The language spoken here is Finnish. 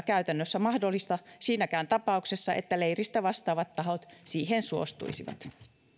käytännössä mahdollista siinäkään tapauksessa että leiristä vastaavat tahot siihen suostuisivat